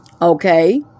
Okay